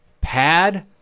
Pad